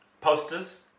posters